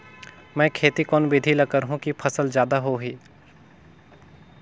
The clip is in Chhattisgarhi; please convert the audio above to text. मै खेती कोन बिधी ल करहु कि फसल जादा होही